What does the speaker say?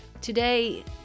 Today